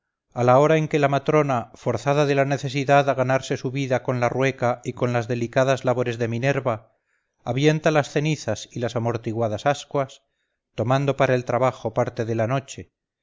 a la hora en que la matrona forzada de la necesidad a ganarse su vida con la rueca y con las delicadas labores de minerva avienta las cenizas y las amortiguadas ascuas tomando para el trabajo parte de la noche